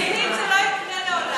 פנים, זה לא יקרה לעולם.